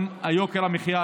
גם יוקר המחיה,